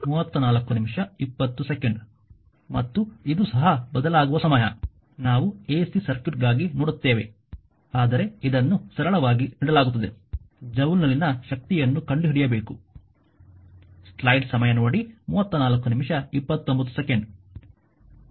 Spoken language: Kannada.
ಮತ್ತು ಇದು ಸಹ ಬದಲಾಗುವ ಸಮಯ ನಾವು ಎಸಿ ಸರ್ಕ್ಯೂಟ್ಗಾಗಿ ನೋಡುತ್ತೇವೆ ಆದರೆ ಇದನ್ನು ಸರಳವಾಗಿ ನೀಡಲಾಗುತ್ತದೆ ಜೌಲ್ನಲ್ಲಿನ ಶಕ್ತಿಯನ್ನು ಕಂಡುಹಿಡಿಯಬೇಕು